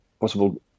possible